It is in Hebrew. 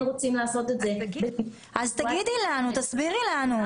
אז תגידי לנו, תסבירי לנו.